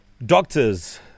doctors